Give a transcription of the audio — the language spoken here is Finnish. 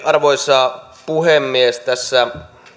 arvoisa puhemies tässä